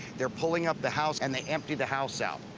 they're pulling up the house, and they empty the house out.